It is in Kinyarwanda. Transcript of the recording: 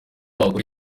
wakorera